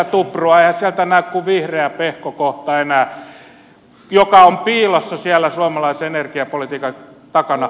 eihän sieltä näy kuin vihreä pehko kohta enää joka on piilossa siellä suomalaisen energiapolitiikan takana